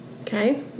Okay